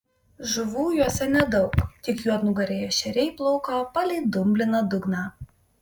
žuvų juose nedaug tik juodnugariai ešeriai plauko palei dumbliną dugną